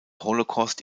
holocaust